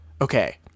Okay